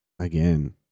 again